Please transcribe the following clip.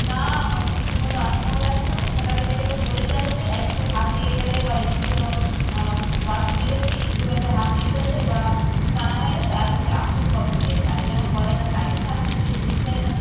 না হয়তো ঠিকমতো আটকানো যাচ্ছে না ফোঁটা কেটে কেটে পড়েই যাচ্ছে একটু হাত লেগে গেলে বা একটু ধরো বাথরুমে গেছি একটু হয়তো হাত লেগে গেছে বা টানা হয়ে গেছে আর হচ্ছে আপসেই কল খুলে যাচ্ছে আগে যেমন কলে একটা টাইট থাকত সেই জিনিসটাই নেই